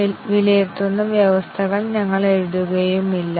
ചില കണ്ടിഷനുകൾ കോമ്പിനേഷനുകൾ നേടാൻ കഴിയില്ല